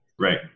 Right